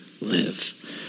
live